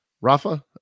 Rafa